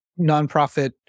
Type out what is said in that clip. nonprofit